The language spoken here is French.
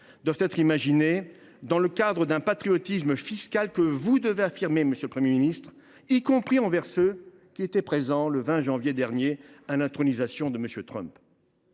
doivent être imaginées dans le cadre du patriotisme fiscal que vous devez affirmer, y compris envers ceux qui étaient présents le 20 janvier dernier lors de l’intronisation de M. Trump,